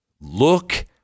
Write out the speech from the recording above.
Look